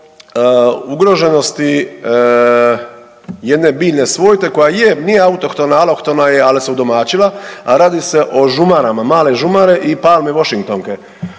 se o ugroženosti jedne biljne svojte koja je, nije autohtona, alohtona je ali se udomaćila, a radi se o žumarama i palme washingtonke.